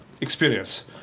experience